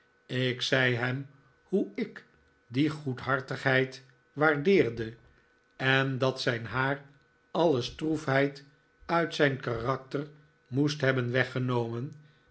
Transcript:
ik zei hem hoe ik die goedhartigheid waardeerde en dat zijn haar alle stroefheid uit zijn karakter moest hebben weggenomen